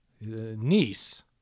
Niece